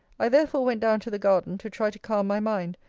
i therefore went down to the garden, to try to calm my mind,